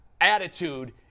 attitude